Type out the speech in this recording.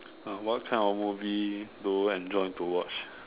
uh what kind of movie do you enjoy to watch